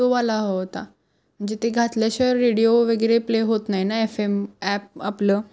तोवाला हवा होता म्हणजे ते घातल्याशिवाय रेडिओ वगैरे प्ले होत नाही ना एफ एम ॲप आपलं